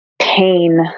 pain